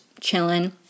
chilling